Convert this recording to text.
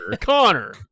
Connor